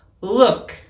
look